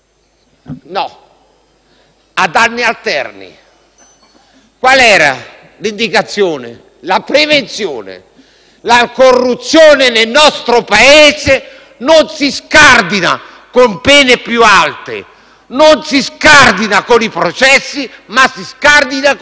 ad anni alterni. Qual era l'indicazione? La prevenzione. La corruzione nel nostro Paese non si scardina con pene più alte o con i processi: si scardina con la prevenzione.